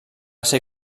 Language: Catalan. ser